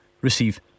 receive